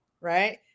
right